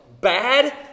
bad